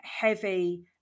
heavy